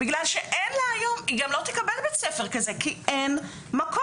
היא גם לא תקבל בית ספר כזה כי אין מקום.